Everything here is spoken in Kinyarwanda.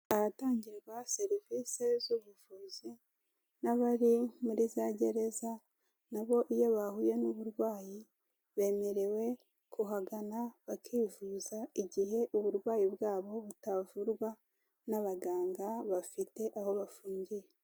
Abatangirwa serivisi z'ubuvuzi n'abari muri za gereza nabo iyo bahuye n'uburwayi bemerewe kuhagana bakivuza igihe uburwayi bwabo butavurwa n'abaganga bafite aho bafungiye.